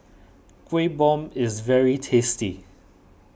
Kueh Bom is very tasty